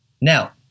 Now